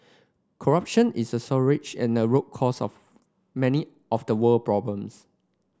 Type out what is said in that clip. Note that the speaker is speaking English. corruption is a scourge and a root cause of many of the world problems